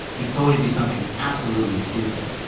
he's told to do something absolutely stupid,